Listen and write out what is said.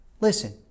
Listen